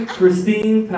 Christine